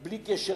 בלי קשר